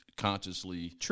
consciously